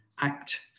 act